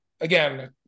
Again